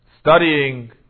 studying